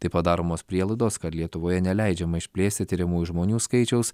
taip pat daromos prielaidos kad lietuvoje neleidžiama išplėsti tiriamųjų žmonių skaičiaus